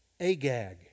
Agag